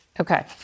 Okay